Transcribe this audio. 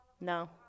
No